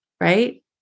right